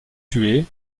tués